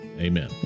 Amen